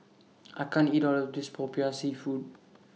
I can't eat All of This Popiah Seafood